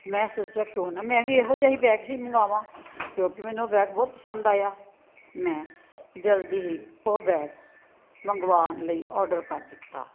ਮੈਂ ਸੋਚਿਆ ਕਿਉਂ ਨਾ ਮੈਂ ਵੀ ਇਹੋ ਜਿਹਾ ਹੀ ਬੈਗ ਹੀ ਮੰਗਾਵਾਵਾਂ ਕਿਉਂਕਿ ਮੈਨੂੰ ਉਹ ਬੈਗ ਬਹੁਤ ਪਸੰਦ ਆਇਆ ਮੈਂ ਜਲਦੀ ਹੀ ਉਹ ਬੈਗ ਮੰਗਵਾਉਣ ਲਈ ਔਡਰ ਕਰ ਦਿੱਤਾ